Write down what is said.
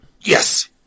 Yes